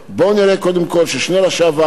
בואו נראה קודם כול ששני ראשי הוועדות